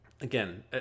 again